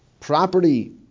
property